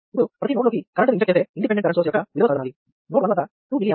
ఇప్పుడు ప్రతి నోడ్ లోకి కరెంటును ఇంజెక్ట్ చేసే ఇండిపెండెంట్ కరెంట్ సోర్స్ యొక్క విలువ కనుగొనాలి